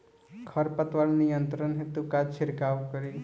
खर पतवार नियंत्रण हेतु का छिड़काव करी?